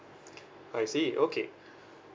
I see okay